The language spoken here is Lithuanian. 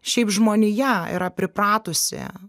šiaip žmonija yra pripratusi